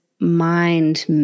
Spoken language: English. Mind